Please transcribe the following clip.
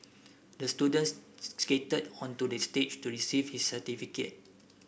the student skated onto the stage to receive his certificate